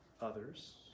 others